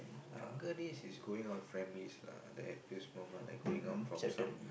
younger days is going out families lah the happiest moment like going out from some